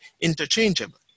interchangeable